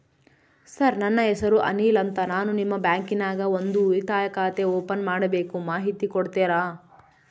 Sir ನನ್ನ ಹೆಸರು ಅನಿಲ್ ಅಂತ ನಾನು ನಿಮ್ಮ ಬ್ಯಾಂಕಿನ್ಯಾಗ ಒಂದು ಉಳಿತಾಯ ಖಾತೆ ಓಪನ್ ಮಾಡಬೇಕು ಮಾಹಿತಿ ಕೊಡ್ತೇರಾ?